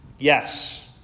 Yes